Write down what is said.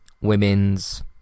women's